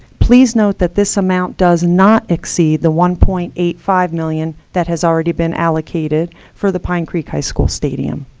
please note that this amount does not exceed the one point eight five million dollars that has already been allocated for the pine creek high school stadium.